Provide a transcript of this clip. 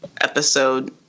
episode